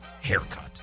Haircut